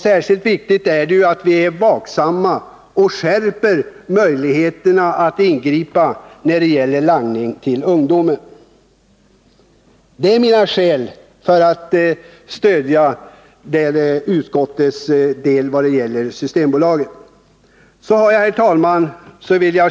Särskilt viktigt är det att vi är vaksamma och skärper möjligheterna att ingripa när det gäller langning till ungdomen. Detta är mina skäl för att stödja utskottets hemställan när det gäller Systembolaget. Herr talman!